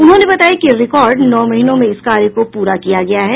उन्होंने बताया कि रिकॉर्ड नौ महीनों में इस कार्य को पूरा किया गया है